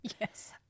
Yes